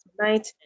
tonight